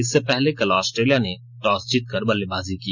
इससे पहले कल ऑस्ट्रेलिया ने टॉस जीतकर बल्लेबाजी की